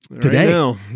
today